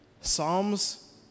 Psalms